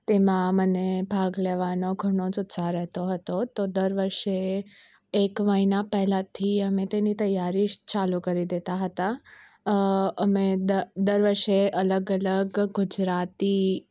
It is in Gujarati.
તેમાં મને ભાગ લેવાનો ઘણો જ ઉત્સાહ રહેતો હતો તો દર વર્ષે એક મહીના પહેલાંથી અમે તેની તૈયારી ચાલુ કરી દેતા હતા અમે દ દર વર્ષે અલગ અલગ ગુજરાતી